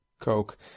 Coke